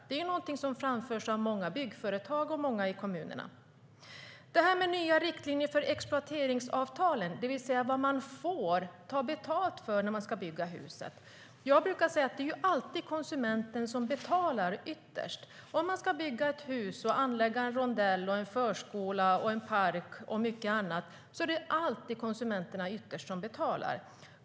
Det är någonting som framförs av många byggföretag och många i kommunerna. Beträffande nya riktlinjer för exploateringsavtalen, det vill säga vad man får ta betalt för när man ska bygga hus, brukar jag säga att det alltid ytterst är konsumenten som betalar. Om man ska bygga ett hus och anlägga en rondell, en förskola, en park och mycket annat är det alltid ytterst konsumenterna som betalar.